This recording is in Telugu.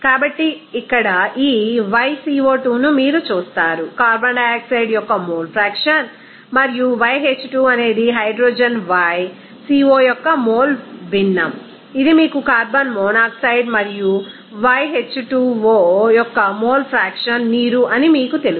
కాబట్టి ఇక్కడ ఈ yco2 ను మీరు సూచిస్తారు కార్బన్ డయాక్సైడ్ యొక్క మోల్ ఫ్రాక్షన్ మరియు yH2 అనేది హైడ్రోజన్ y co యొక్క మోల్ భిన్నం ఇది మీకు కార్బన్ మోనాక్సైడ్ మరియు y H2o యొక్క మోల్ ఫ్రాక్షన్ నీరు అని మీకు తెలుసు